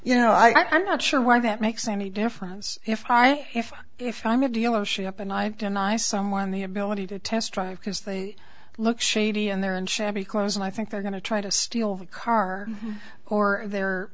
you know i i'm not sure why that makes any difference if i have if i'm a dealership and i've been i someone the ability to test drive because they look shady and they're in shabby clothes and i think they're going to try to steal the car or they're